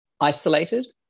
isolated